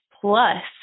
Plus